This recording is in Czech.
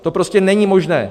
To prostě není možné!